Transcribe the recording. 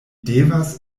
devas